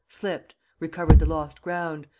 slipped, recovered the lost ground,